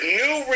new